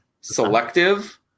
selective